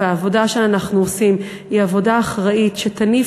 העבודה שאנחנו עושים היא עבודה אחראית שתניב